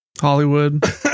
Hollywood